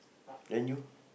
then you